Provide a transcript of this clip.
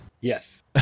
Yes